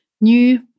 new